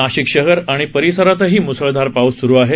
नाशिक शहर आणि परिसरातही म्सळधार पाऊस सुरू आहे